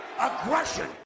Aggression